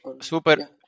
Super